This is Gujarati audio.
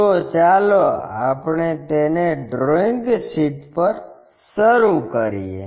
તો ચાલો આપણે તેને ડ્રોઇંગ શીટ પર શરૂ કરીએ